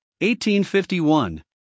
1851